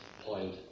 point